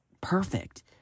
perfect